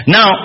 Now